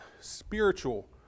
spiritual